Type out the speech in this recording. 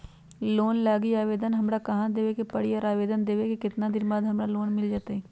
Loan लागी आवेदन हमरा कहां देवे के पड़ी और आवेदन देवे के केतना दिन बाद हमरा लोन मिल जतई?